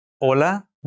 hola